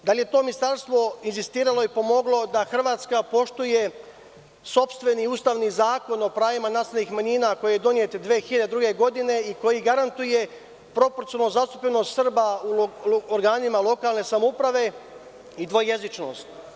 Da li je to ministarstvo insistiralo i pomoglo da Hrvatska poštuje sopstveni ustavni zakon o pravima naseljenih manjina, koji je donet 2002. godine, i koji garantuje proporcionalnu zastupljenost Srba u organima lokalne samouprave i dvojezičnost?